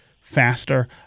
faster